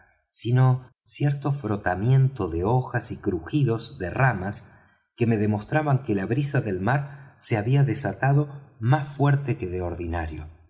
sino cierto frotamiento de hojas y crujidos de ramas que me demostraban que la brisa del mar se había desatado más fuerte que de ordinario